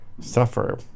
suffer